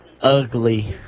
ugly